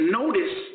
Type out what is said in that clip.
notice